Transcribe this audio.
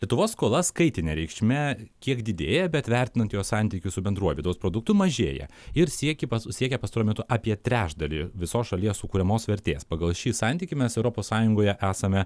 lietuvos skolas skaitine reikšme kiek didėja bet vertinant jos santykius su bendruoju vidaus produktu mažėja ir siekia siekia pastaruoju metu apie trečdalį visos šalies sukuriamos vertės pagal šį santykį mes europos sąjungoje esame